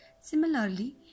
Similarly